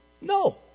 No